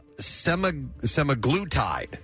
semaglutide